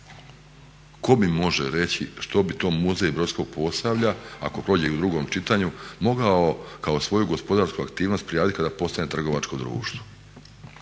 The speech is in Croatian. tko mi može reći što bi to muzej brodskog Posavlja ako prođe u drugom čitanju mogao kao svoju gospodarsku aktivnost prijaviti kada postane trgovačko društvo.